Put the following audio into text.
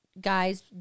guys